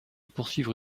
poursuivre